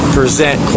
present